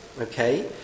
okay